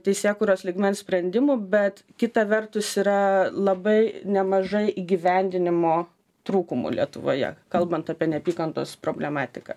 teisėkūros lygmens sprendimų bet kita vertus yra labai nemažai įgyvendinimo trūkumų lietuvoje kalbant apie neapykantos problematiką